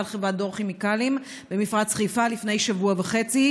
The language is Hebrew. חברת דור כימיקלים במפרץ חיפה לפני שבוע וחצי,